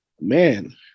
Man